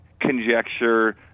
conjecture